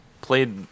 played